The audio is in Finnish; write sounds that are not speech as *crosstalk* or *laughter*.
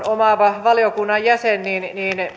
*unintelligible* omaava valiokunnan jäsen